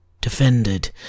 defended